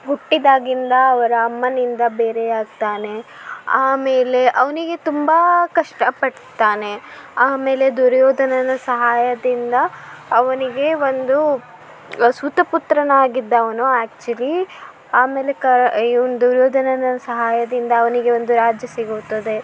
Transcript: ಹುಟ್ಟಿದಾಗಿಂದ ಅವರ ಅಮ್ಮನಿಂದ ಬೇರೆ ಆಗ್ತಾನೆ ಆಮೇಲೆ ಅವನಿಗೆ ತುಂಬ ಕಷ್ಟಪಡ್ತಾನೆ ಆಮೇಲೆ ದುರ್ಯೋಧನನ ಸಹಾಯದಿಂದ ಅವನಿಗೆ ಒಂದು ಸೂತಪುತ್ರನಾಗಿದ್ದವನು ಆ್ಯಕ್ಚುಲಿ ಆಮೇಲೆ ಕ ಇವ್ನು ದುರ್ಯೋಧನನ ಸಹಾಯದಿಂದ ಅವನಿಗೆ ಒಂದು ರಾಜ್ಯ ಸಿಗುತ್ತದೆ